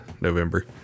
November